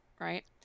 right